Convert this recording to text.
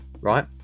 right